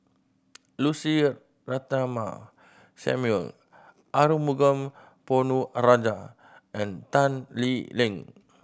Lucy Ratnammah Samuel Arumugam Ponnu Rajah and Tan Lee Leng